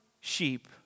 sheep